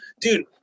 Dude